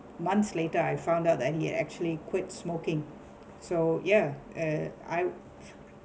months later I found out that he had actually quit smoking so ya eh I